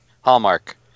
Hallmark